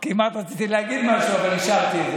כמעט רציתי להגיד משהו, אבל השארתי את זה.